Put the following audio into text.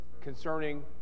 concerning